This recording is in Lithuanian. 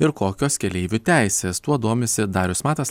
ir kokios keleivių teisės tuo domisi darius matas